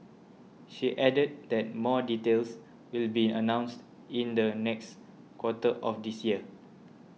she added that more details will be announced in the next quarter of this year